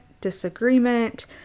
disagreement